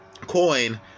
coin